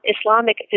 Islamic